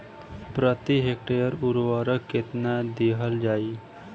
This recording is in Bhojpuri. प्रति हेक्टेयर उर्वरक केतना दिहल जाई?